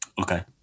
Okay